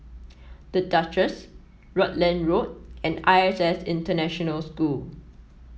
The Duchess Rutland Road and I S S International School